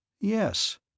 Yes